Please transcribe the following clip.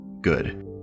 Good